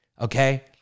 okay